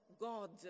God